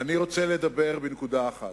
אני רוצה לדבר על נקודה אחת.